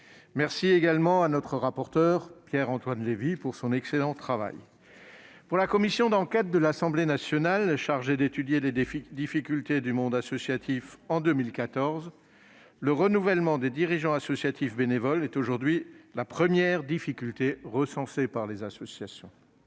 remercie également notre rapporteur, Pierre-Antoine Levi, de son excellent travail. Pour la commission d'enquête de l'Assemblée nationale chargée, en 2014, d'étudier les difficultés du monde associatif, le renouvellement des dirigeants bénévoles est la première difficulté recensée par les associations